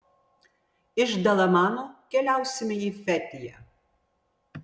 iš dalamano keliausime į fetiją